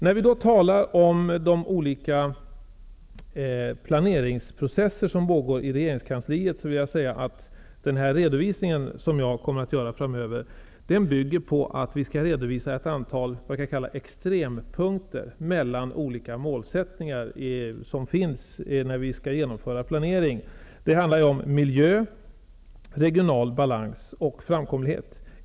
När vi talar om de olika planeringsprocesser som pågår i regeringskansliet, vill jag säga att den redovisning som jag kommer att göra framöver bygger på att vi skall redovisa ett antal vad jag vill kalla extrempunkter mellan olika målsättningar som finns när vi skall genomföra planering. Det handlar om miljö, regional balans och framkomlighet.